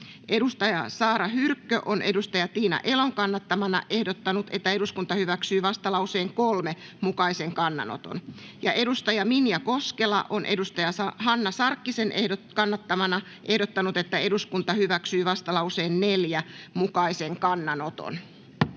Saara Hyrkkö on Tiina Elon kannattamana ehdottanut, että eduskunta hyväksyy vastalauseen 3 mukaisen kannanoton, ja Minja Koskela on Hanna Sarkkisen kannattamana ehdottanut, että eduskunta hyväksyy vastalauseen 4 mukaisen kannanoton.